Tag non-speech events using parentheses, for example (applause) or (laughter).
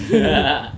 (laughs)